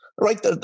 right